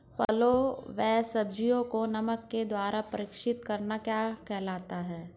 फलों व सब्जियों को नमक के द्वारा परीक्षित करना क्या कहलाता है?